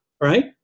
right